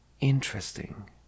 interesting